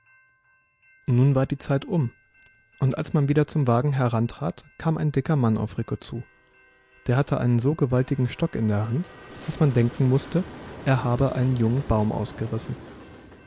nun war die zeit um und als man wieder zum wagen herantrat kam ein dicker mann auf rico zu der hatte einen so gewaltigen stock in der hand daß man denken mußte er habe einen jungen baum ausgerissen